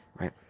right